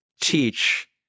teach